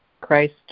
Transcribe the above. Christ